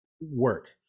work